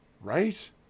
right